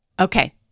Okay